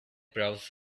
browsed